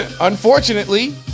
unfortunately